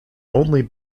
only